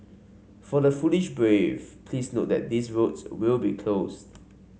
for the foolish brave please note that these roads will be closed